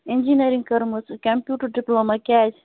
engineering کٔرمٕژ computer diploma کیٛازِ